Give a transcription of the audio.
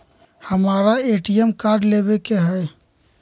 हमारा ATM card लेव के हई